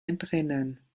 entrinnen